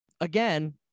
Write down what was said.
again